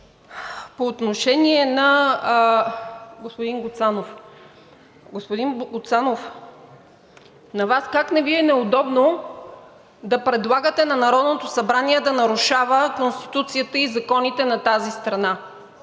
Гуцанов. Господин Гуцанов, на Вас как не Ви е неудобно да предлагате на Народното събрание да нарушава Конституцията и законите на тази страна?!